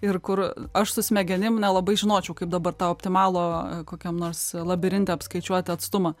ir kur aš su smegenim nelabai žinočiau kaip dabar tą optimalų kokiam nors labirinte apskaičiuoti atstumą